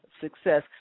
success